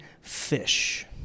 fish